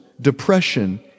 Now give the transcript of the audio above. depression